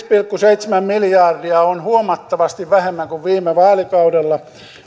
pilkku seitsemän miljardia on huomattavasti vähemmän kuin viime vaalikaudella